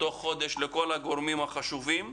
תוך חודש לכל הגורמים החשובים.